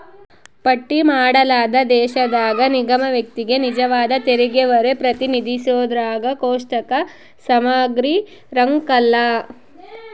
ಪಟ್ಟಿ ಮಾಡಲಾದ ದೇಶದಾಗ ನಿಗಮ ವ್ಯಕ್ತಿಗೆ ನಿಜವಾದ ತೆರಿಗೆಹೊರೆ ಪ್ರತಿನಿಧಿಸೋದ್ರಾಗ ಕೋಷ್ಟಕ ಸಮಗ್ರಿರಂಕಲ್ಲ